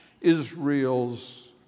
Israel's